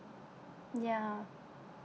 ya